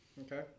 Okay